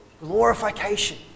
glorification